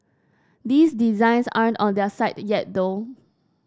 these designs aren't on their site yet though